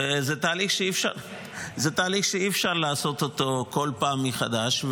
זה תהליך שאי-אפשר לעשות אותו כל פעם מחדש,